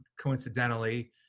Coincidentally